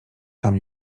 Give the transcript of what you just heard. tam